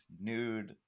nude